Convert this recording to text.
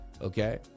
Okay